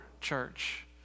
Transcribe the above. church